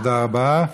תודה רבה.